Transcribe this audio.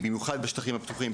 במיוחד בשטחים הפתוחים,